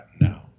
now